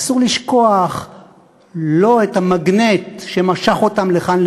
אסור לשכוח לא את המגנט שמשך אותם לכאן,